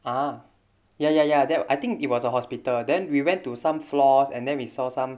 ah ya ya ya that I think it was a hospital then we went to some floors and then we saw some